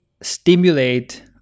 stimulate